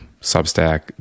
Substack